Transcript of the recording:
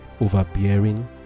overbearing